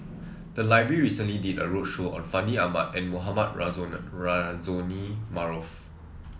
the library recently did a roadshow on Fandi Ahmad and Mohamed Rozani Maarof